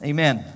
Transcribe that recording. Amen